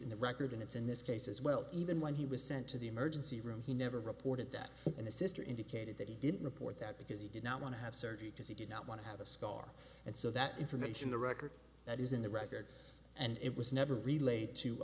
at the record and it's in this case as well even when he was sent to the emergency room he never reported that in a sister indicated that he didn't report that because he did not want to have surgery because he did not want to have a scar and so that information the record that is in the record and it was never relayed to